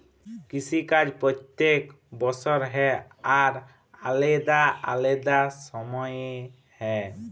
কিসি কাজ প্যত্তেক বসর হ্যয় আর আলেদা আলেদা সময়ে হ্যয়